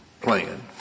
plan